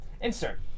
Insert